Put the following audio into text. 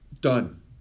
done